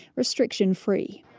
restriction free.